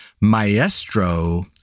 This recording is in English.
maestro